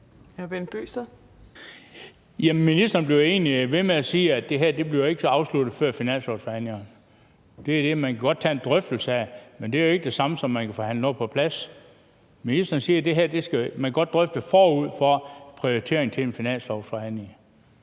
ministeren bliver egentlig ved med at sige, at det her ikke bliver afsluttet før finanslovsforhandlingerne – at man godt kan tage en drøftelse af det, men det er jo ikke det samme som, at man kan forhandle noget på plads. Ministeren siger, at man godt kan drøfte det i forbindelse med prioriteringer til en finanslovsforhandling